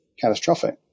catastrophic